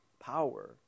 power